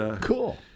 Cool